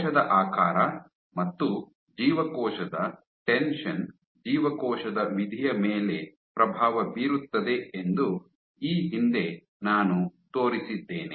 ಕೋಶದ ಆಕಾರ ಮತ್ತು ಜೀವಕೋಶದ ಟೆನ್ಷನ್ ಜೀವಕೋಶದ ವಿಧಿಯ ಮೇಲೆ ಪ್ರಭಾವ ಬೀರುತ್ತದೆ ಎಂದು ಈ ಹಿಂದೆ ನಾನು ತೋರಿಸಿದ್ದೇನೆ